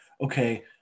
okay